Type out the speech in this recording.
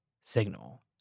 signal